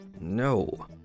No